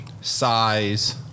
size